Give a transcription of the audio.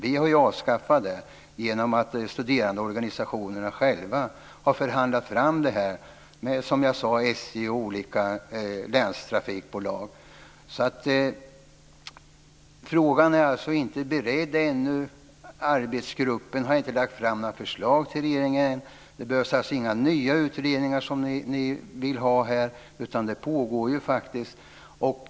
Vi har ju avskaffat subventionen, och studerandeorganisationerna har själva förhandlat fram det här med, som jag sade, SJ och olika länstrafikbolag. Frågan är alltså inte beredd ännu. Arbetsgruppen har inte lagt fram några förslag till regeringen. Det behövs alltså inga nya utredningar, som ni vill ha här. Det pågår faktiskt.